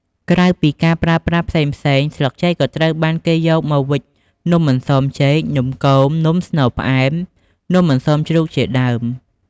ក្រៅពីការប្រើប្រាស់ផ្សេងៗស្លឹកចេកក៏ត្រូវបានគេយកវេចនំអន្សមចេក នំគម នំស្នូលផ្អែម នំអន្សមជ្រូកជាដើម។